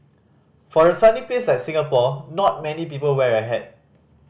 for a sunny place like Singapore not many people wear a hat